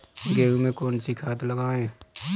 गेहूँ में कौनसी खाद लगाएँ?